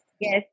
Yes